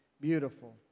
beautiful